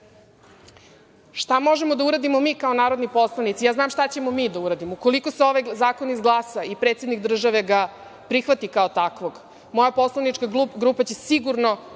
možemo da uradimo mi kao narodni poslanici? Ja znam šta ćemo mi da uradimo. Ukoliko se ovaj zakon izglasa i predsednik države ga prihvati kao takvog, moja poslanička grupa će sigurno